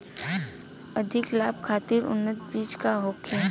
अधिक लाभ खातिर उन्नत बीज का होखे?